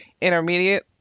intermediate